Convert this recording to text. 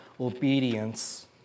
obedience